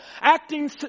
acting